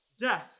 death